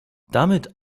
damit